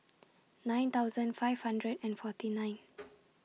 nine thousand five hundred and forty nine